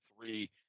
three